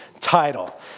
title